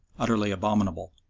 utterly abominable.